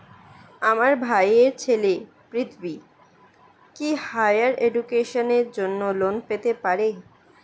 আমার ভাইয়ের ছেলে পৃথ্বী, কি হাইয়ার এডুকেশনের জন্য লোন পেতে পারে?